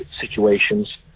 situations